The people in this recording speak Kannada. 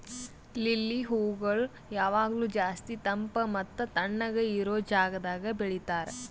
ಲಿಲ್ಲಿ ಹೂಗೊಳ್ ಯಾವಾಗ್ಲೂ ಜಾಸ್ತಿ ತಂಪ್ ಮತ್ತ ತಣ್ಣಗ ಇರೋ ಜಾಗದಾಗ್ ಬೆಳಿತಾರ್